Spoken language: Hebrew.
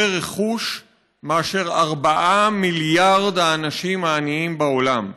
רכוש מאשר ארבעה מיליארד האנשים העניים בעולם.